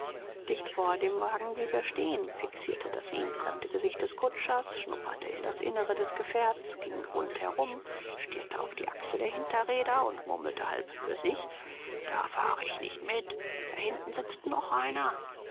dicht vor dem wagen blieb er stehen fixierte das ihm fremde gesicht des kutschers schnupperte in das innere des gefährts ging rundherum stierte auf die achse der hinterräder und murmelte halb für sich da fahre ich nicht mit da hinten sitzt noch einer